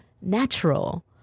natural